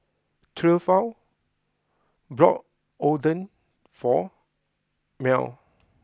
Theophile bought Oden for Mell